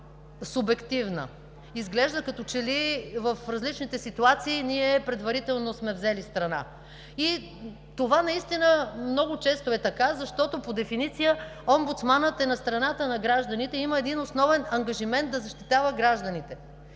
субективна. Изглежда като че ли в различните ситуации ние предварително сме взели страна. Това много често е така, защото по дефиниция омбудсманът е на страната на гражданите и има един основен ангажимент – да защитава гражданите.